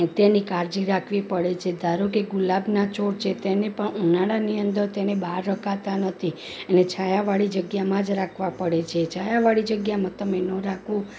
તેની કાળજી રાખવી પડે છે ધારો કે ગુલાબના છોડ છે તેને પણ ઉનાળાની અંદર તેને બહાર રખાતા નથી એને છાયાવાળી જગ્યામાં જ રાખવા પડે છે છાયાવાળી જગ્યામાં તમે ન રાખો